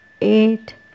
eight